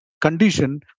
condition